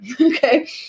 Okay